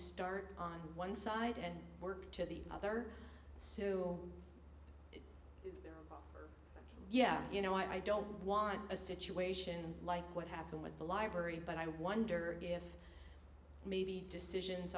start on one side and work to the other so yeah you know i don't want a situation like what happened with the library but i wonder if maybe decisions